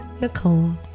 Nicole